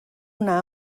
una